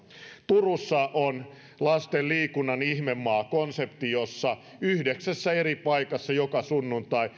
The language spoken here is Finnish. turussa on lasten liikunnan ihmemaa konsepti jossa yhdeksässä eri paikassa joka sunnuntai